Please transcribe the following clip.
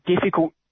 difficult